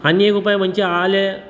आनी एक उपाय म्हणजे आलें